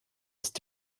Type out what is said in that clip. ist